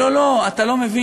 היא אומרת: לא, לא, אתה לא מבין.